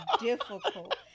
difficult